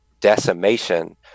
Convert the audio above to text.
decimation